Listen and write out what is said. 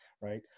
right